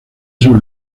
sobre